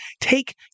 take